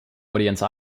audience